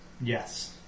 Yes